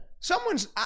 Someone's